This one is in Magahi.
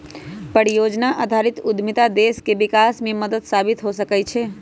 परिजोजना आधारित उद्यमिता देश के विकास में मदद साबित हो सकइ छै